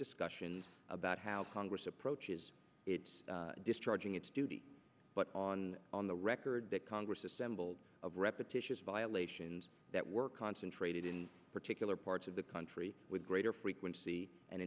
discussions about how congress approaches its discharging its duty but on on the record that congress assembled of repetitious violations that were concentrated in particular parts of the country with greater frequency and